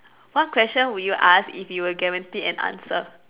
what question would you ask if you were guaranteed an answer